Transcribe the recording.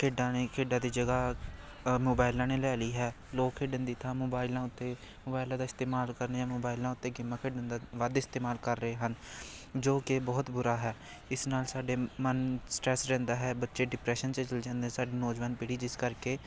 ਖੇਡਾਂ ਨੇ ਖੇਡਾਂ ਦੀ ਜਗ੍ਹਾ ਮੋਬਾਇਲਾਂ ਨੇ ਲੈ ਲਈ ਹੈ ਲੋਕ ਖੇਡਣ ਦੀ ਥਾਂ ਮੋਬਾਈਲਾਂ ਉੱਤੇ ਮੋਬਾਈਲਾਂ ਦਾ ਇਸਤੇਮਾਲ ਕਰਦੇ ਆ ਮੋਬਾਇਲਾਂ ਉੱਤੇ ਗੇਮਾਂ ਖੇਡਣ ਦਾ ਵੱਧ ਇਸਤੇਮਾਲ ਕਰ ਰਹੇ ਹਨ ਜੋ ਕਿ ਬਹੁਤ ਬੁਰਾ ਹੈ ਇਸ ਨਾਲ ਸਾਡਾ ਮਨ ਸਟਰੈਸ ਰਹਿੰਦਾ ਹੈ ਬੱਚੇ ਡਿਪਰੈਸ਼ਨ 'ਚ ਚੱਲ ਜਾਂਦੇ ਸਾਡੀ ਨੌਜਵਾਨ ਪੀੜੀ ਜਿਸ ਕਰਕੇ